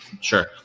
Sure